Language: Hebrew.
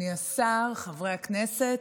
אדוני השר, חברי הכנסת,